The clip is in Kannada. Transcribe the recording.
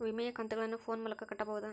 ವಿಮೆಯ ಕಂತುಗಳನ್ನ ಫೋನ್ ಮೂಲಕ ಕಟ್ಟಬಹುದಾ?